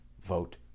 vote